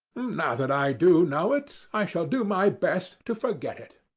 now that i do know it i shall do my best to forget it.